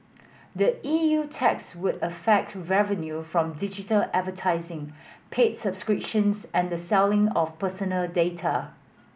the E U tax would affect revenue from digital advertising paid subscriptions and the selling of personal data